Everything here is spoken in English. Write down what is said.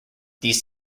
these